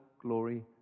glory